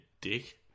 dick